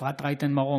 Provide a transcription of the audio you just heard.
אפרת רייטן מרום,